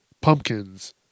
pumpkins